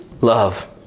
love